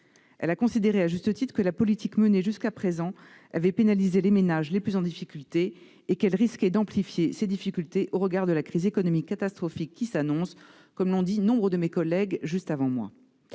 Elle a considéré, à juste titre, que la politique menée jusqu'à présent avait pénalisé les ménages les plus en difficulté et qu'elle risquait d'amplifier ces difficultés au regard de la crise économique catastrophique qui s'annonce, comme l'ont dit plusieurs de mes collègues. Au-delà des